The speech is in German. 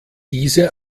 diese